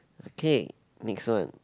okay next one